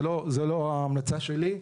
זה לא ההמלצה שלי,